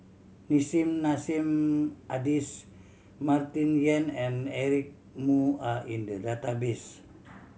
Nissim Nassim Adis Martin Yan and Eric Moo are in the database